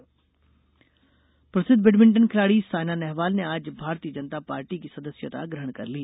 सायना भाजपा प्रसिद्ध बेडमिण्टन खिलाड़ी सायना नेहवाल ने आज भारतीय जनता पार्टी की सदस्यता ग्रहण कर ली